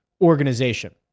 organization